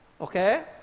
Okay